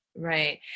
Right